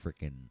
freaking